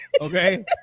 Okay